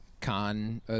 Khan